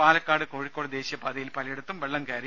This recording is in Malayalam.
പാലക്കാട് കോഴിക്കോട് ദേശീയപാതയിൽ പലയിടത്തും വെള്ളം കയറി